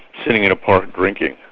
sitting in a park, drinking.